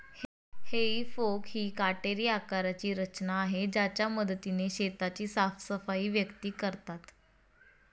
हेई फोक ही काटेरी आकाराची रचना आहे ज्याच्या मदतीने शेताची साफसफाई व्यक्ती करतात